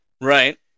Right